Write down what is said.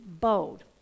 bold